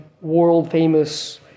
world-famous